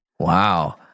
Wow